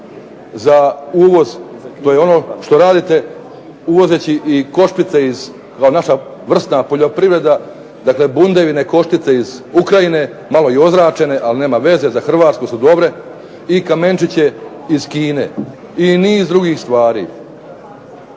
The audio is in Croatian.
za uvoz, to je ono što radite uvozeći koštice naša vrsna poljoprivreda, bundevine koštice iz Ukrajine, malo i ozračene, nema veze za Hrvatsku su dobre i kamenčiće iz Kine, i niz drugih stvari.